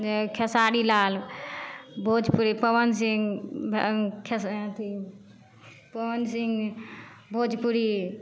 जे खेसारी लाल भोजपुरी पवन सिंह भए खेस अथी पवन सिंह भोजपुरी